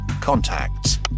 contacts